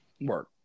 Work